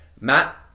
Matt